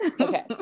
Okay